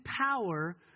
power